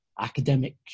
academic